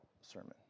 sermon